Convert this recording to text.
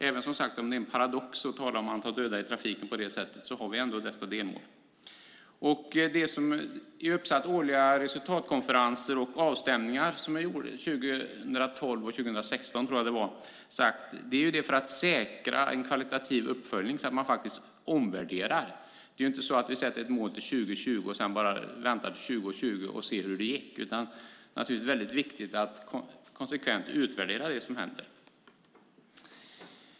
Även om det är en paradox att tala om antal döda i trafiken på det sättet har vi ändå dessa delmål. De årliga resultatkonferenser och avstämningar som är uppsatta till 2012 och 2016, tror jag att det var, är ju till för att säkra en kvalitativ uppföljning så att man faktiskt omvärderar. Det är inte så att vi sätter upp ett mål till 2020 och sedan bara väntar till 2020 och ser hur det gick. Det är väldigt viktigt att konsekvent utvärdera det som händer.